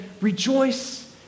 rejoice